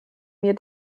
mir